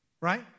right